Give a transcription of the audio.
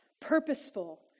purposeful